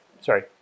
Sorry